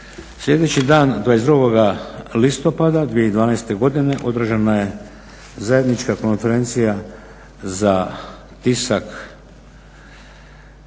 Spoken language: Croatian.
Sljedeći dan 22. Listopada 2012. Godine održana je zajednička konferencija za tisak